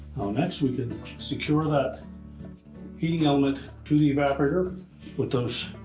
next, we can secure that heating element to the evaporator with those